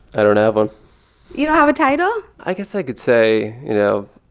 i don't have one you don't have a title? i guess i could say, you know,